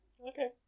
Okay